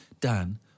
Dan